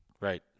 right